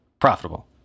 profitable